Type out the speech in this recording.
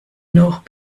noch